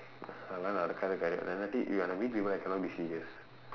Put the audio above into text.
அது எல்லாம் நடக்காத காரியம்:athu ellaam nadakkaatha kaariyam I don't want to meet people who cannot be serious